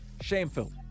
shameful